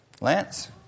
Lance